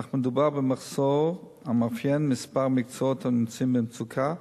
אך מדובר במחסור המאפיין כמה מקצועות הנמצאים במצוקה,